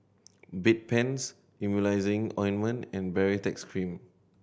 Bedpans Emulsying Ointment and Baritex Cream